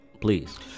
Please